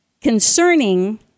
concerning